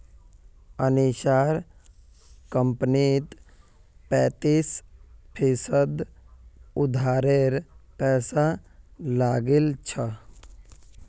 अनीशार कंपनीत पैंतीस फीसद उधारेर पैसा लागिल छ